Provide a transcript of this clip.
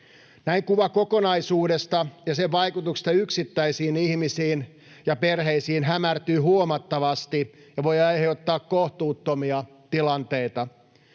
Näin kuva kokonaisuudesta ja sen vaikutuksista yksittäisiin ihmisiin ja perheisiin hämärtyy huomattavasti ja voi aiheuttaa kohtuuttomia tilanteita.